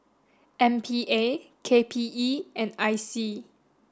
M P A K P E and I C